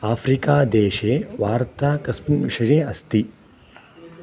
Africa देशे वार्ता कस्मिन् विषये अस्ति